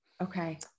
Okay